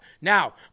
Now